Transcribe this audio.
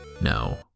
No